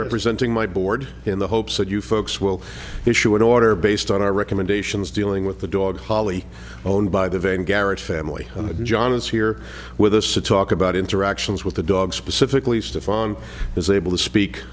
representing my board in the hopes that you folks will issue an order based on our recommendations dealing with the dog holly owned by the vane garrett family and john is here with us to talk about interactions with the dog specifically stefan is able to speak